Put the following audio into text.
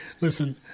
Listen